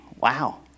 Wow